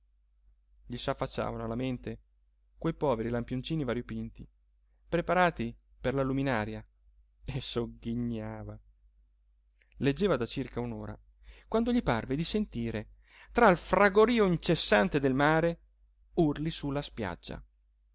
bombardiamo gli s'affacciavano alla mente quei poveri lampioncini variopinti preparati per la luminaria e sogghignava leggeva da circa un'ora quando gli parve di sentire tra il fragorío incessante del mare urli su la spiaggia